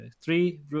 Three